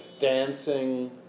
dancing